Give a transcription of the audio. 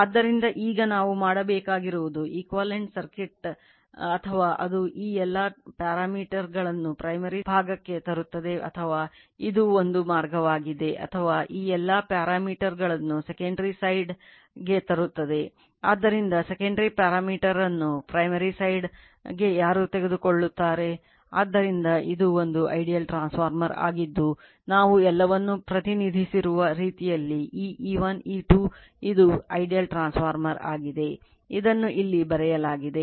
ಆದ್ದರಿಂದ ಈಗ ನಾವು ಮಾಡಬೇಕಾಗಿರುವುದು equivalent circuit ಆಗಿದೆ ಇದನ್ನು ಇಲ್ಲಿ ಬರೆಯಲಾಗಿದೆ